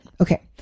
Okay